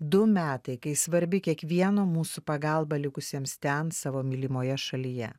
du metai kai svarbi kiekvieno mūsų pagalba likusiems ten savo mylimoje šalyje